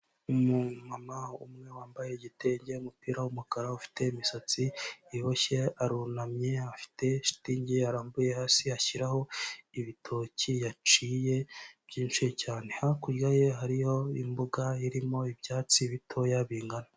Umumama umwe wambaye igitenge, umupira w'umukara, ufite imisatsi iboshye, arunamye, afite shitingi yarambuye hasi ashyiraho ibitoki yaciye byinshi cyane, hakurya ye hariho imbuga irimo ibyatsi bitoya bingana.